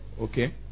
Okay